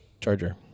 Charger